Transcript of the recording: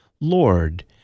Lord